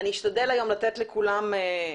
אשתדל לתת לכולם לדבר,